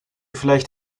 vielleicht